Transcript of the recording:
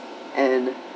and